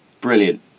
Brilliant